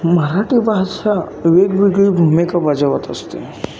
मराठी भाषा वेगवेगळी भूमिका बजावत असते